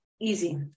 Easy